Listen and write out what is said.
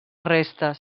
restes